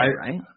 right